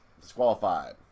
disqualified